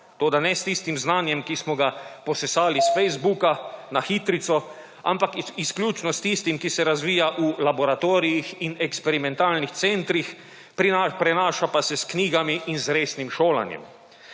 toda ne s tistim znanjem, ki smo ga posesali iz Facebook na hitrico, ampak izključno s tistim, ki se razvija v laboratorijih in eksperimentalnih centrih prenaša pa se s knjigami in resnim šolanjem.